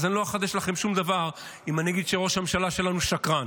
אז אני לא אחדש לכם שום דבר אם אני אגיד שראש הממשלה שלנו שקרן.